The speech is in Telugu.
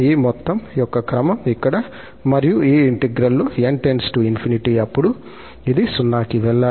ఈ మొత్తం యొక్క క్రమం ఇక్కడ మరియు ఈ ఇంటిగ్రల్ లో 𝑛 →∞ అప్పుడు ఇది 0 కి వెళ్ళాలి